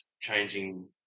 changing